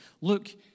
look